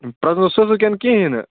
پرٛزنوسہٕ بہٕ کِنہٕ کِہِیٖنۍ نہٕ